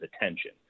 attention